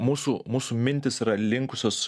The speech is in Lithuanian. mūsų mūsų mintys yra linkusios